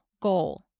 goal